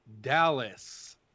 Dallas